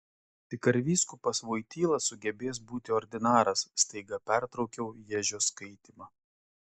tik ar vyskupas voityla sugebės būti ordinaras staiga pertraukiau ježio skaitymą